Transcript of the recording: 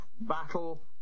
battle